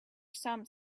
some